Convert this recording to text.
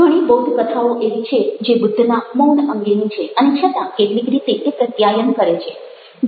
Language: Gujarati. ઘણી બૌદ્ધ કથાઓ એવી છે જે બુદ્ધના મૌન અંગેની છે અને છતાં કેટલીક રીતે તે પ્રત્યાયન કરે છે